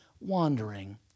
Wandering